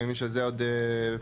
אני מבין שזה עוד במחלוקת?